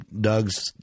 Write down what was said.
Doug's